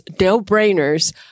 no-brainers